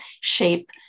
shape